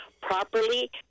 properly